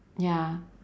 ya